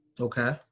Okay